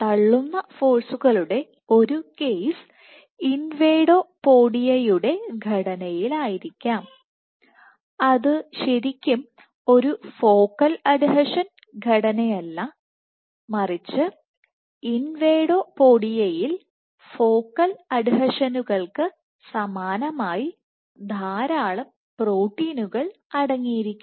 തള്ളുന്ന ഫോഴ്സുകളുടെ ഒരു കേസ് ഇൻവേഡോപോഡിയയുടെ ഘടനയിലായിരിക്കാം അത് ശരിക്കും ഒരു ഫോക്കൽ അഡീഷൻ ഘടനയല്ല മറിച്ച് ഇൻവാഡോപോഡിയയിൽ ഫോക്കൽ അഡീഷനുകൾക്ക് സമാനമായ ധാരാളം പ്രോട്ടീനുകൾ അടങ്ങിയിരിക്കുന്നു